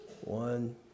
One